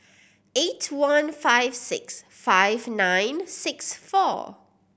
eight one five six five nine six four